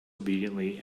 obediently